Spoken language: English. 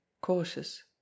cautious